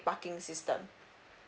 parking system